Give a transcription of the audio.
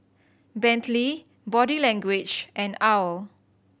Bentley Body Language and owl